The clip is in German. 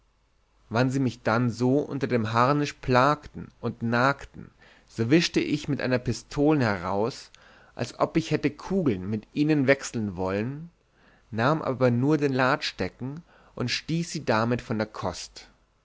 wann sie mich dann so unter dem harnisch plagten und nagten so wischte ich mit einer pistoln heraus als ob ich hätte kugeln mit ihnen wechseln wollen nahm aber nur den ladstecken und stieß sie damit von der kost